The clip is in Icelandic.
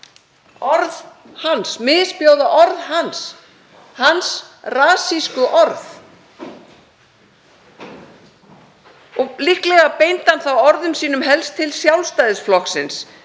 að fólki misbjóði orð hans, hans rasísku orð. Líklega beindi hann orðum sínum helst til Sjálfstæðisflokksins